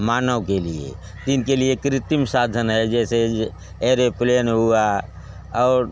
मानव के लिए इनके लिए कृत्रिम साधन है जैसे ऐरेप्लेन हुआ और